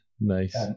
Nice